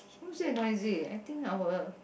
how is that noisy I think our